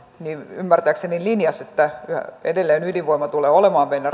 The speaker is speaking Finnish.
ymmärtääkseni linjasi että edelleen ydinvoima tulee olemaan meillä